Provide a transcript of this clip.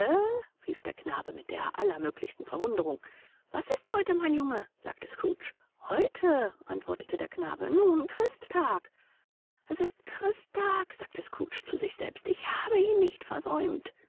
fragte der knabe mit der allermöglichsten verwunderung was ist heute mein junge sagte scrooge heute antwortete der knabe nun christtag s ist christtag sagte scrooge zu sich selber ich habe ihn nicht versäumt